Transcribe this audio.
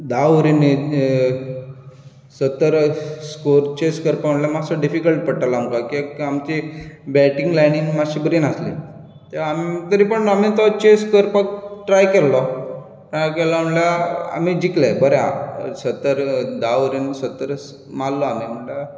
धा ओवरिंनी सत्तर स्कोर चेस करपा म्हटल्यार मात्सो डिफिकल्ट पडटालो आमकां कियाक आमची बॅटींग लायणीन मात्शी बरी नासली तरी पण आमी तो चेस करपाक ट्राय केल्लो ट्राय केलो म्हळ्या आमी जिकले बरे आ सत्तर धा ओवरिंनी सत्तर मारलो आमी म्हळ्यार